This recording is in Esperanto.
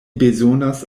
bezonas